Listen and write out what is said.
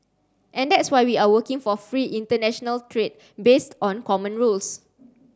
and that's why we are working for free international trade based on common rules